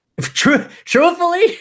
Truthfully